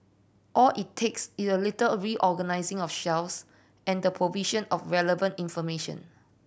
all it takes is a little reorganising of shelves and the provision of relevant information